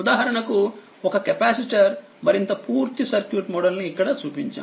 ఉదాహరణకుఒక capacitor మరింత పూర్తి circuit model ని ఇక్కడ చూపించాం